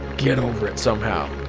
get over it somehow.